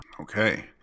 Okay